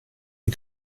die